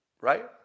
Right